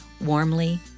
Warmly